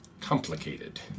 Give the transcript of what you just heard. complicated